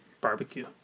Barbecue